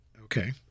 Okay